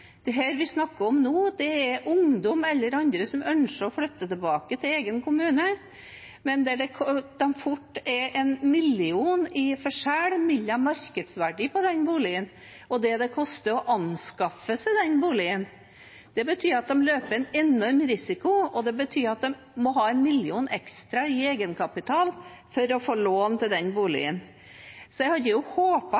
vi snakker om nå, er ungdom eller andre som ønsker å flytte tilbake til egen kommune, men der det fort er en million i forskjell mellom markedsverdien på boligen og det det koster å anskaffe seg boligen. Det betyr at de løper en enorm risiko, og at de må ha en million ekstra i egenkapital for å få lån til den